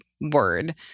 word